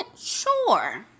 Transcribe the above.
Sure